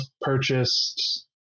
purchased